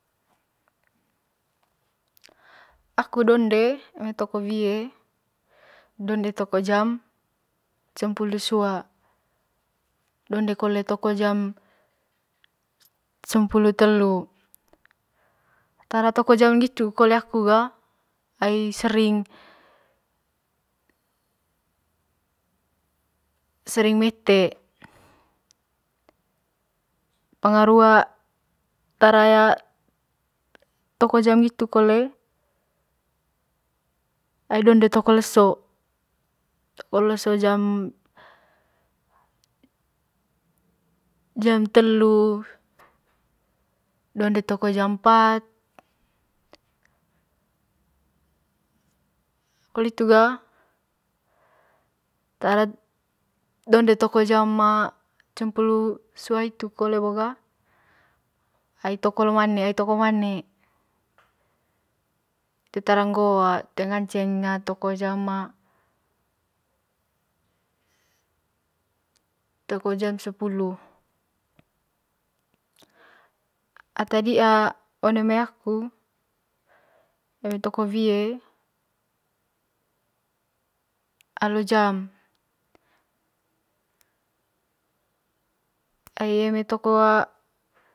Aku donde eme toko woe donde toko jam cempulu sua donde kole toko jam cempulu telu tara toko jam ne ngitu koole aku ga ai sering sering mete pengaru tara toko jam ne ngitu kole ai donde toko leso toko leso jam jam telu donde toko jam pat poli hitu ga donde toko jam cempulu sua hitu kole bo ga ai toko mane ai toko le mane itu taara ngo toe ngance toko jam toko jam sepulu ata di'an one mai aku eme toko wie alo jam ai eme toko.